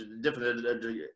different